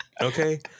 Okay